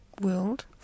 world